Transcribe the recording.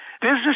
Business